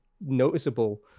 noticeable